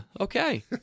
okay